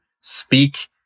speak